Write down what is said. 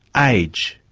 age,